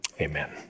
Amen